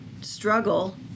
struggle